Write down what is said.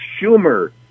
Schumer